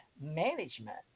management